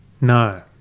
No